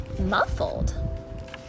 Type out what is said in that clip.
muffled